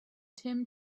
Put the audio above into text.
tim